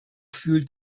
fühlt